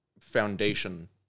foundation